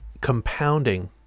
compounding